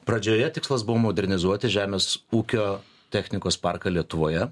pradžioje tikslas buvo modernizuoti žemės ūkio technikos parką lietuvoje